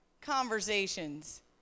conversations